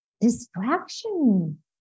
distraction